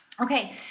Okay